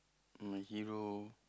my hero